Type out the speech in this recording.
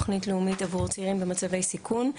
תוכנית לאומית עבור צעירים במצבי סיכון,